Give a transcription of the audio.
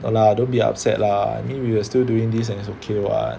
no lah don't be upset lah I mean we will still doing this and it's okay [what]